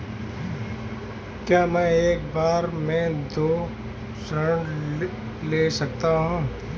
क्या मैं एक बार में दो ऋण ले सकता हूँ?